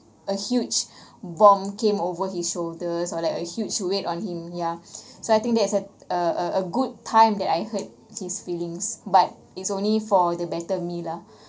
a huge bomb came over his shoulders or like a huge weight on him ya so I think that's uh a a good time that I hurt his feelings but it's only for the better me lah